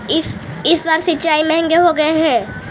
इस बार रिचार्ज महंगे हो गेलई हे